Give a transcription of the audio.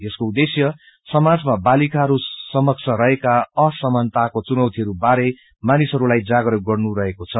यसको उद्देश्य समाजमा बालिाकाहरू समक्ष रहेका असमानताको चुनौतीहरू बारे ामानिसहरूलाई जागरूक गन्नु रहेको छ